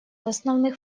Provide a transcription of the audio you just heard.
основных